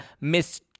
Miss